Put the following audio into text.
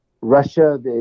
Russia